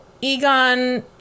Egon